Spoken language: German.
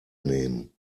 nehmen